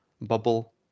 bubble